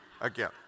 again